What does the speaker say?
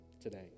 today